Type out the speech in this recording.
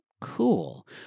Cool